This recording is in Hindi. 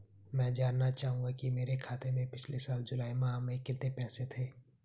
मैं जानना चाहूंगा कि मेरे खाते में पिछले साल जुलाई माह में कितने पैसे थे?